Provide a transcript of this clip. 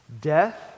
death